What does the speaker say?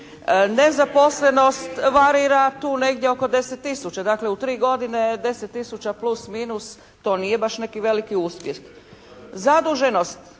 Nezaposlenost varira tu negdje oko 10 tisuća, dakle u tri godine 10 tisuća plus minus to nije baš neki veliki uspjeh. Zaduženost